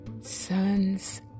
sons